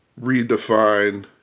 redefine